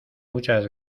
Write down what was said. muchas